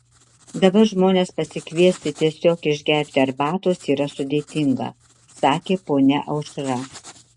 dabar žmones pasikviesti tiesiog išgerti arbatos yra sudėtinga sakė ponia aušra